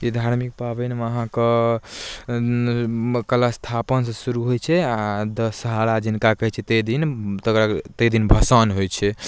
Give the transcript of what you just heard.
ई धार्मिक पाबनिमे अहाँके कलशस्थापन से शुरू होइ छै आ दशहरा जिनका कहै छियै ताहि दिन ताहि दिन भसाओन होइ छै